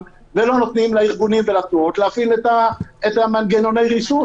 ולא נותנים לארגונים ולתנועות להפעיל את מנגנוני הריסון.